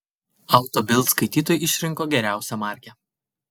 auto bild skaitytojai išrinko geriausią markę